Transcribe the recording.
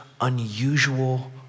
unusual